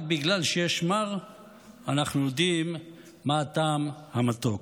רק בגלל שיש מר אנחנו יודעים מה הטעם המתוק.